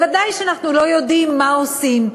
ודאי שאנחנו לא יודעים מה עושים,